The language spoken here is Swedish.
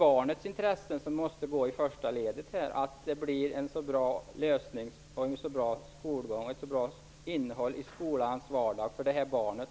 Barnets intresse måste gå i första ledet. Det skall bli en så bra lösning som möjligt med bra skolgång och bra innehåll i skolans vardag för barnet.